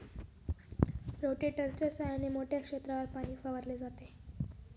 रोटेटरच्या सहाय्याने मोठ्या क्षेत्रावर पाणी फवारले जाते